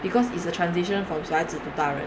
because it is a transition from 小孩子 to 大人